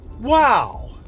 Wow